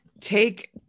take